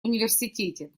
университете